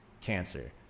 cancer